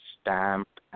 stamped